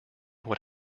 what